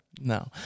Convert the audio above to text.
No